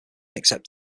except